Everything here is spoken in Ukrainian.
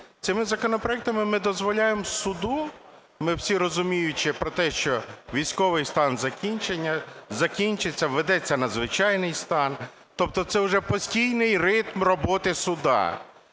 Цими законопроектами ми дозволяємо суду, ми всі, розуміючи про те, що військовий стан закінчиться, введеться надзвичайний стан, тобто це вже постійний ритм роботи суду.